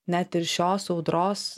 net ir šios audros